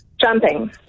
Jumping